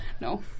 No